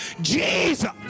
Jesus